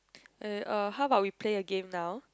eh uh how about we play a game now